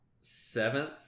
Seventh